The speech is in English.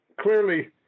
clearly